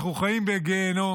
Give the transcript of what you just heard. אנחנו חיים בגיהינום.